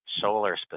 solar